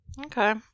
Okay